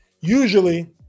usually